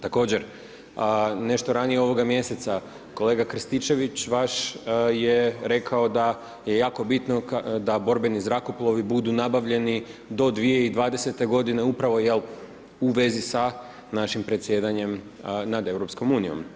Također, nešto ranije ovoga mjeseca kolega Krstičević, vaš je rekao da je jako bitno da borbeni zrakoplovi budu nabavljeni do 2020. g. upravo u vezi sa našim predsjedanjem nad EU.